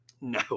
no